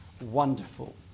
Wonderful